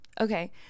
okay